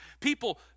People